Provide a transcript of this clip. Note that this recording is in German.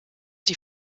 die